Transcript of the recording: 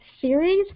series